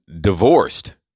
divorced